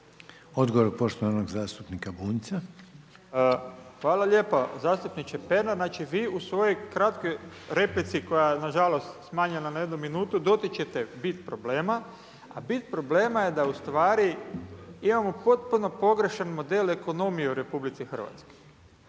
Branimir (Živi zid)** Hvala lijepo zastupniče Pernar, vi u svojoj kratkoj replici koja je nažalost smanjena na jednu minutu, dotičete bit problema, a bit problema je da ustvari imamo potpuno pogrešan model ekonomije u RH.